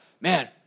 man